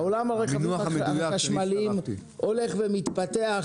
עולם הרכבים החשמליים הולך ומתפתח,